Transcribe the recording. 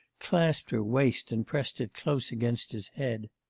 clasped her waist and pressed it close against his head.